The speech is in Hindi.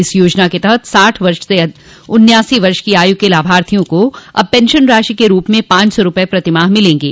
इस योजना के तहत साठ वर्ष से उन्यासी वर्ष की आयु के लाभार्थियों को अब पेंशन राशि के रूप में पांच सौ रूपये प्रतिमाह मिलेंगे